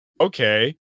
okay